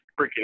freaking